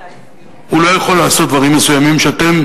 הוא לא יכול לעשות דברים מסוימים שאתם,